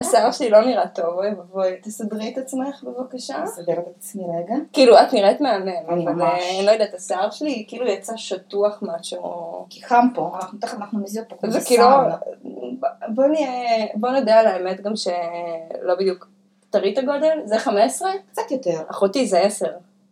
השיער שלי לא נראה טוב, אוי ואבוי, תסדרי את עצמך בבקשה. תסדר את עצמי רגע. כאילו, את נראית מהמם, ואני לא יודעת, השיער שלי, כאילו, יצא שטוח משהו. כי חם פה, תכף אנחנו מזיעות פה. זה כי לא, בוא נהיה, בוא נדע על האמת גם שלא בדיוק. תראי את הגודל, זה 15? קצת יותר. אחותי, זה 10.